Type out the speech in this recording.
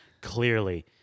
clearly